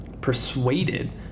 persuaded